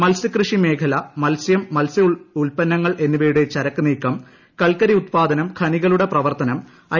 മത്സ്യകൃഷി മേഖല മത്സ്യം മത്സ്യ ഉത്പന്നങ്ങൾ എന്നിവയുടെ ചരക്ക് നീക്കം കൽക്കരി ഉത്പാദനം ഖനികളുടെ പ്രവർത്തനം ഐ